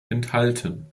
enthalten